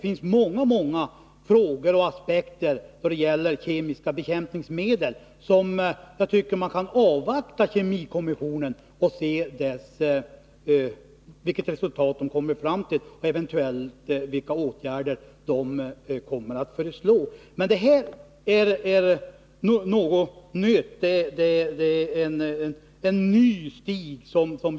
I många frågor som sammanhänger med kemiska bekämpningsmedel bör man avvakta resultatet av kommissionens arbete och de åtgärder som den kommer att föreslå, men här handlar det om något nytt.